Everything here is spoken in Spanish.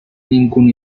ningún